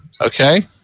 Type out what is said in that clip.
Okay